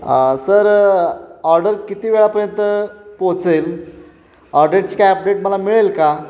sir order किती वेळापर्यंत पोहोचेल ऑडरची काय अपडेट मला मिळेल का